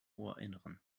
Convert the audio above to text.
ohrinneren